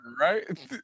right